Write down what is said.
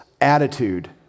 attitude